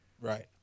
Right